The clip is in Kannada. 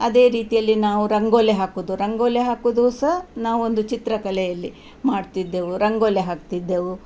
ಅದೇ ರೀತಿಯಲ್ಲಿ ನಾವು ರಂಗೋಲಿ ಹಾಕುವುದು ರಂಗೋಲಿ ಹಾಕುವುದು ಸಹ ನಾವೊಂದು ಚಿತ್ರಕಲೆಯಲ್ಲಿ ಮಾಡ್ತಿದ್ದೆವು ರಂಗೋಲಿ ಹಾಕ್ತಿದ್ದೆವು